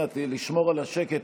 אנא, לשמור על השקט.